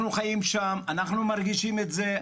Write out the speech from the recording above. אנחנו חיים שם, אנחנו מרגישים את זה.